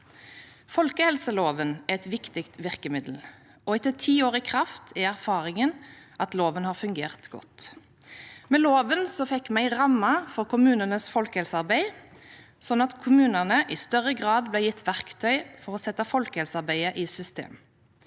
Folkehelseloven er et viktig vir kemiddel, og etter å ha virket i ti år er erfaringene at loven har fungert godt. Med loven fikk vi en ramme for kommunenes folkehelsearbeid, sånn at kommunene i større grad ble gitt verktøy for å sette folkehelsearbeidet i system.